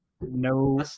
No